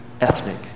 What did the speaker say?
ethnic